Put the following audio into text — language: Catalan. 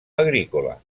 agrícola